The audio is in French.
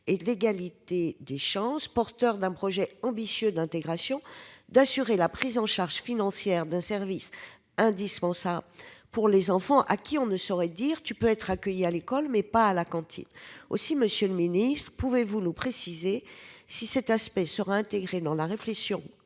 de l'égalité des chances, porteur d'un projet ambitieux d'intégration, d'assurer la prise en charge financière d'un service indispensable à l'intégration des enfants handicapés, à qui on ne saurait dire : Tu peux être accueilli à l'école, mais pas à la cantine. Aussi, monsieur le ministre, pouvez-vous nous préciser si cet aspect sera intégré dans la réflexion